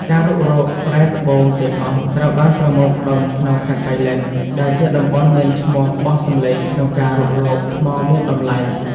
ការរុករករ៉ែត្បូងទាំងអស់ត្រូវបានប្រមូលផ្តុំក្នុងខេត្តប៉ៃលិន ដែលជាតំបន់មានឈ្មោះបោះសម្លេងក្នុងការរុករកថ្មមានតម្លៃ។